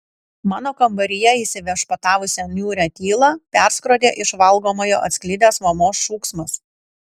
mano kambaryje įsiviešpatavusią niūrią tylą perskrodė iš valgomojo atsklidęs mamos šūksmas